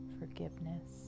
forgiveness